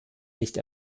nicht